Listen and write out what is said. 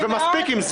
מספיק עם זה.